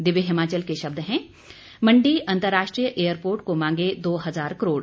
दिव्य हिमाचल के शब्द हैं मंडी अंतरराष्ट्रीय एयरपोर्ट को मांगे दो हजार करोड़